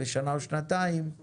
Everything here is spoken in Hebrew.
לשנה או שנתיים,